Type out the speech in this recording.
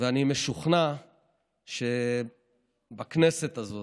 ואני משוכנע שבכנסת הזאת,